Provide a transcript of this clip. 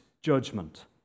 judgment